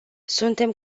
suntem